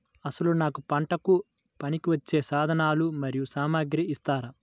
అసలు నాకు పంటకు పనికివచ్చే సాధనాలు మరియు సామగ్రిని ఇస్తారా?